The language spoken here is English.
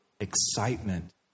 excitement